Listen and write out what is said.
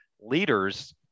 leaders